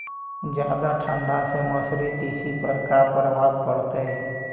जादा ठंडा से मसुरी, तिसी पर का परभाव पड़तै?